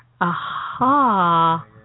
aha